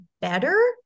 better